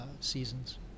seasons